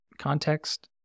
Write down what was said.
Context